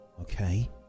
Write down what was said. Okay